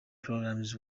programs